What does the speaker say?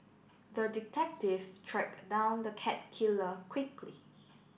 the detective tracked down the cat killer quickly